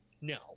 no